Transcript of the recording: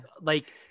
like-